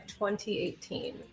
2018